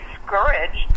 discouraged